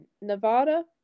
Nevada